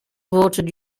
voted